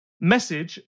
Message